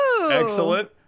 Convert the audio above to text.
Excellent